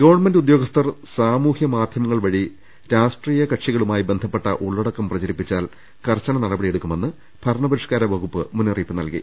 government ഉദ്യോഗസ്ഥർ സാമൂഹ്യ മാധ്യമങ്ങൾ വഴി രാഷ്ട്രീയ കക്ഷികളുമായി ബന്ധപ്പെട്ട ഉള്ളടക്കം പ്രചരിപ്പിച്ചാൽ കർശന നടപ ടി എടുക്കുമെന്ന് ഭരണപരിഷ്ക്കാര വകുപ്പ് മുന്നറിയിപ്പ് നൽകി